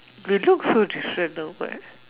we look so different now what